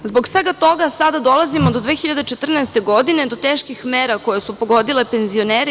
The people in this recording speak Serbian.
Zbog svega toga sada dolazimo do 2014. godine i do teških mera koje su pogodile penzionere.